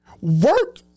Work